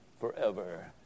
forever